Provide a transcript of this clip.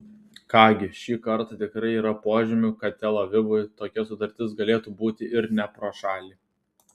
ką gi šį kartą tikrai yra požymių kad tel avivui tokia sutartis galėtų būti ir ne pro šalį